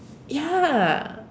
ya